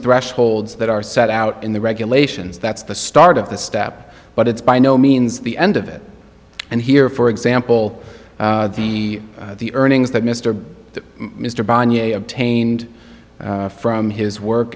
thresholds that are set out in the regulations that's the start of the step but it's by no means the end of it and here for example the the earnings that mr mr banja obtained from his work